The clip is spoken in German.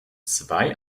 zwei